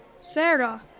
Sarah